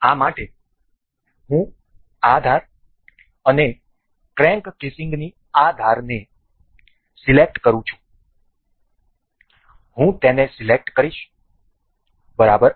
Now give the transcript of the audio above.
આ માટે હું આ ધાર અને આ ક્રેન્ક કેસીંગની આ ધારને સિલેક્ટ કરું છું હું તેને સિલેક્ટ કરીશ બરાબર